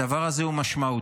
הדבר הזה הוא משמעותי.